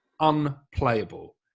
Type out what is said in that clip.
unplayable